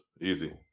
easy